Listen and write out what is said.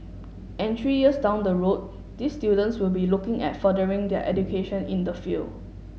and three years down the road these students will be looking at furthering their education in the field